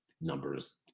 numbers